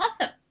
awesome